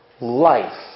Life